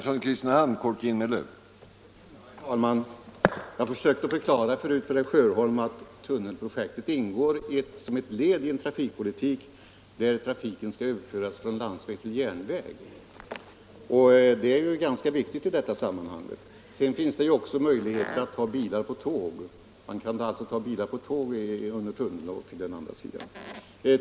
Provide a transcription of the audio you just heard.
Herr talman! Jag försökte förut förklara för herr Sjöholm att tunnelprojektet ingår som ett led i en trafikpolitik, som innebär att trafiken skall överföras från landsväg till järnväg. Det är ganska viktigt i detta sammanhang. Vidare finns det möjlighet att ta bilar på tåg genom tunneln över till andra sidan.